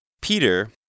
Peter